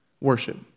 worship